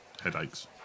headaches